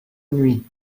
nuit